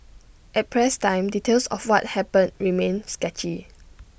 at press time details of what happened remained sketchy